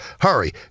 Hurry